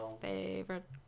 favorite